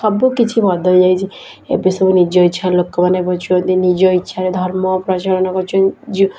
ସବୁ କିଛି ବଦଳି ଯାଇଛି ଏବେ ସବୁ ନିଜ ଇଛାରେ ଲୋକମାନେ ବଞ୍ଚୁଛନ୍ତି ନିଜ ଇଛାରେ ଧର୍ମ ପ୍ରଜ୍ୱଳନ କରୁଛନ୍ତି